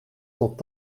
tot